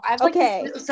Okay